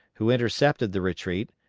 who intercepted the retreat,